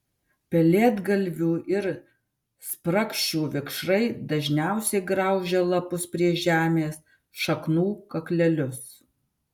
pelėdgalvių ir sprakšių vikšrai dažniausiai graužia lapus prie žemės šaknų kaklelius